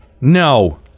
no